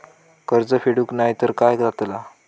कर्ज फेडूक नाय तर काय जाताला?